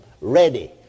ready